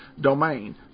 Domain